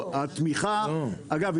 התמיכה אגב,